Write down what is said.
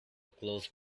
close